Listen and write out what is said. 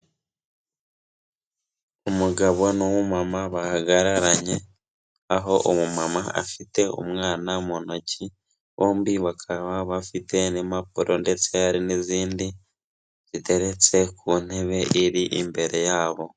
Umugabo n'umumama bahagararanye, aho umumama afite umwana mu ntoki, bombi bakaba bafite n'impapuro ndetse hari n'izindi ziteretse ku ntebe iri imbere yabo.